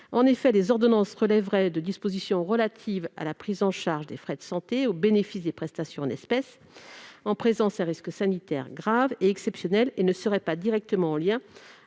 En effet, les ordonnances relèveraient de dispositions relatives à la prise en charge des frais de santé et au bénéfice des prestations en espèces, en présence d'un risque sanitaire grave et exceptionnel, et ne seraient pas directement en lien